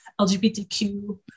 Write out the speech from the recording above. LGBTQ